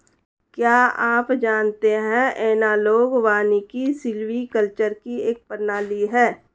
क्या आप जानते है एनालॉग वानिकी सिल्वीकल्चर की एक प्रणाली है